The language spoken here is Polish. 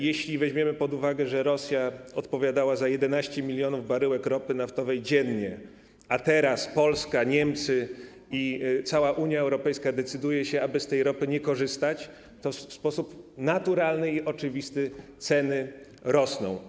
Jeśli weźmiemy pod uwagę, że Rosja odpowiadała za 11 mln baryłek ropy naftowej dziennie, a teraz Polska, Niemcy i cała UE decydują się, aby z tej ropy nie korzystać, to w sposób naturalny i oczywisty ceny rosną.